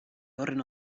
horren